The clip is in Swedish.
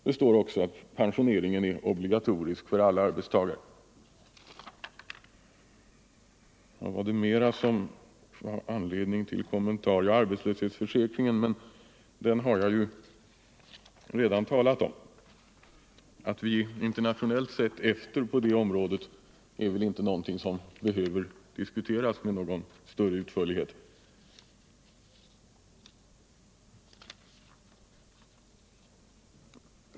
Det står också i rapporten: ”Pensioneringen är obligatorisk för alla arbetstagare.” Bland det som ytterligare ger anledning till kommentarer kan jag nämna arbetslöshetsförsäkringen. Jag har redan talat om att vi internationellt sett är efter på det området. Det är väl inget som behöver diskuteras med någon större utförlighet.